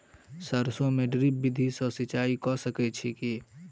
सैरसो मे ड्रिप विधि सँ सिंचाई कऽ सकैत छी की?